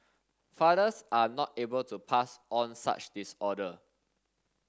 fathers are not able to pass on such disorder